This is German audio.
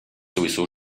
sowieso